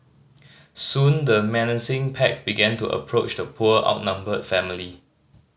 soon the menacing pack began to approach the poor outnumbered family